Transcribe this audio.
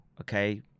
okay